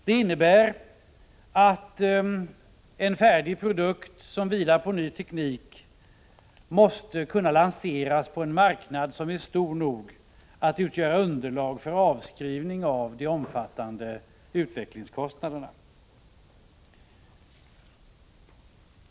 Det innebär att en färdig produkt som vilar på ny teknik måste kunna lanseras på en marknad som är stor nog att utgöra underlag för avskrivning av de omfattande utvecklingskostnaderna.